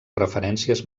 referències